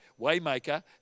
Waymaker